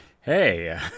Hey